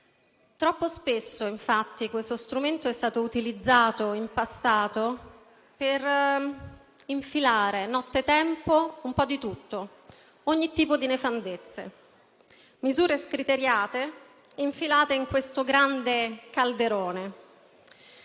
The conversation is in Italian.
Troppo spesso, infatti, questo strumento è stato utilizzato, in passato, per infilare nottetempo un po' di tutto, ogni tipo di nefandezze, misure scriteriate infilate in questo grande calderone.